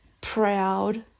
proud